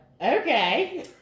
Okay